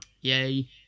Yay